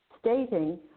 stating